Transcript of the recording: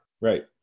Right